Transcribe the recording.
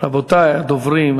רבותי הדוברים,